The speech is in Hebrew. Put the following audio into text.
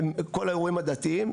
כל האירועים הדתיים,